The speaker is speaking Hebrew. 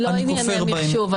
לא ענייני מחשוב,